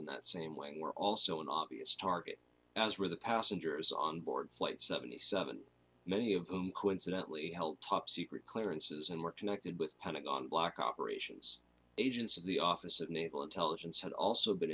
and that same weighing were also an obvious target as were the passengers on board flight seventy seven many of whom coincidently helped top secret clearances and were connected with pentagon black operations agents of the office of naval intelligence had also been